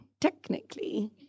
technically